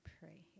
pray